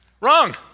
Wrong